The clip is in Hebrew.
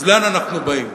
אז לאן אנחנו באים?